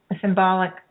symbolic